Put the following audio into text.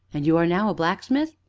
and you are now a blacksmith?